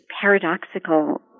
paradoxical